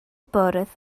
bwrdd